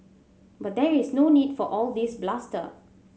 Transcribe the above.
but there is no need for all this bluster